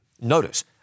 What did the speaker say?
Notice